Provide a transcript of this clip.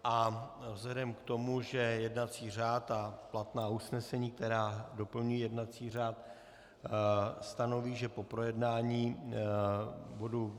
A vzhledem k tomu, že jednací řád a platná usnesení, která doplňují jednací řád, stanoví, že po projednání bodu